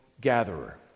gatherer